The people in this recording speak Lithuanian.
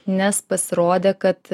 nes pasirodė kad